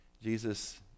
Jesus